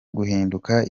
guhinduka